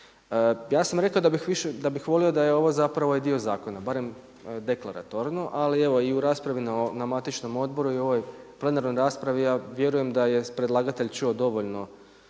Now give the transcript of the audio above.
da bih više, da bih volio da je ovo zapravo ovaj dio zakona, barem deklaratorno, ali evo i u raspravi i na matičnom odboru i u ovoj plenarnoj raspravi ja vjerujem da je predlagatelj čuo dovoljno